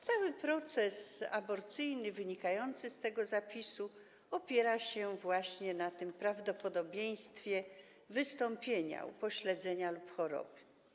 Cały proces aborcyjny wynikający z tego zapisu opiera się właśnie na tym prawdopodobieństwie wystąpienia upośledzenia lub choroby.